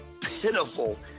pitiful